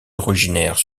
originaires